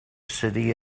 city